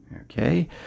Okay